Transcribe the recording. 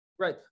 Right